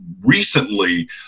recently